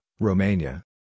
Romania